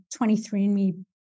23andMe